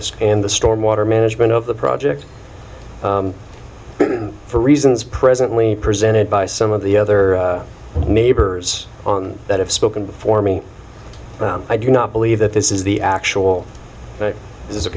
sky and the stormwater management of the project for reasons presently presented by some of the other neighbors on that have spoken before me i do not believe that this is the actual